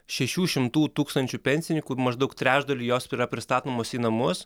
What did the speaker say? šešių šimtų tūkstančių pensininkų maždaug trečdaliui jos yra pristatomos į namus